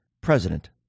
President